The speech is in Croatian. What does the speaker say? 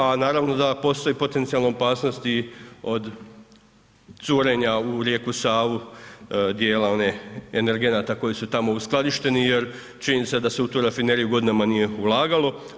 A naravno da postoji potencijalna opasnost i od curenja u rijeku Savu dijela onih energenata koji su tamo uskladišteni jer činjenica je da se u tu rafineriju godinama nije ulagalo.